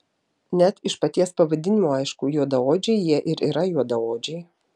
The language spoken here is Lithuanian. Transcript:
net iš paties pavadinimo aišku juodaodžiai jie ir yra juodaodžiai